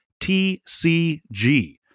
tcg